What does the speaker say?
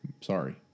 Sorry